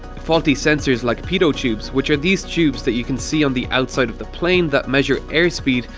faulty sensors, like pitot tubes, which are these tubes that you can see on the outside of the plane that measure airspeed,